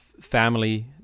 family